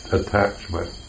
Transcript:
attachment